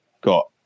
got